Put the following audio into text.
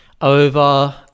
over